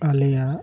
ᱟᱞᱮᱭᱟᱜ